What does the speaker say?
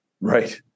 Right